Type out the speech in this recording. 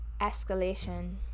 escalation